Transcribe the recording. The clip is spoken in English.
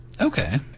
Okay